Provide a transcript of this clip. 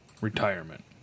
Retirement